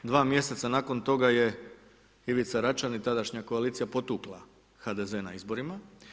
2 mj. nakon toga je Ivica Račan i tadašnja koalicija potukla HDZ na izborima.